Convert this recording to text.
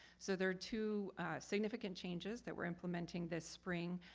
so there are two significant changes that we are implementing this spring.